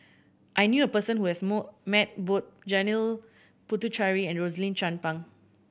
I knew a person who has met both Janil Puthucheary and Rosaline Chan Pang